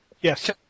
Yes